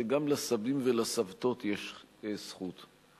שגם לסבים ולסבתות יש זכות.